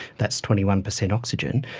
that's twenty one percent oxygen.